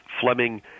Fleming